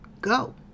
Go